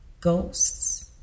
ghosts